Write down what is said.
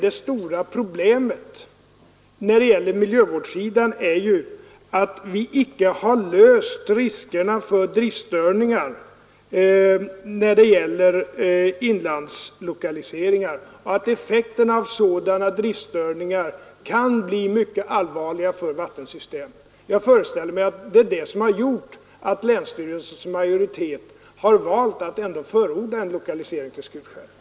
Det stora problemet på miljövårdssidan är att vi icke har undanröjt riskerna för driftstörningar när det gäller inlandslokaliseringar, och effekterna av sådana driftstörningar kan bli mycket allvarliga för vattensystemet. Jag föreställer mig att det är detta som gjort att länsstyrelsens majoritet ändå har valt att förorda en lokalisering till Skutskär.